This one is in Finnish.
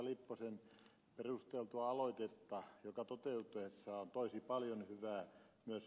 lipposen perusteltua aloitetta joka toteutuessaan toisi paljon hyvää myös